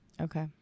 Okay